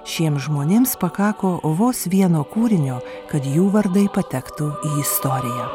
šiems žmonėms pakako vos vieno kūrinio kad jų vardai patektų į istoriją